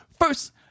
first